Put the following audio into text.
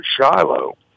Shiloh